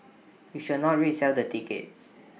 you shall not resell the tickets